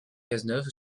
cazeneuve